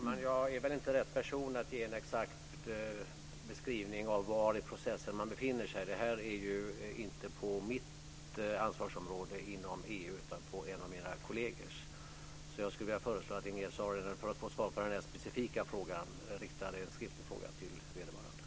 Fru talman! Jag är inte rätt person att ge en exakt beskrivning av var i processen man befinner sig. Den här frågan ligger ju inte inom mitt ansvarsområde i EU utan inom en av mina kollegers områden. För att få svar på den här specifika frågan föreslår jag att Ingegerd Saarinen riktar en skriftlig fråga till vederbörande.